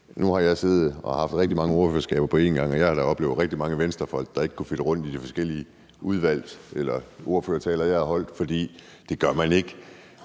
Nu har jeg siddet og haft rigtig mange ordførerskaber på en gang, og jeg har da oplevet rigtig mange Venstrefolk, der ikke kunne finde rundt i de forskellige ordførertaler, jeg har holdt, for det gør man ikke.